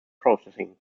processing